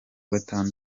gatatu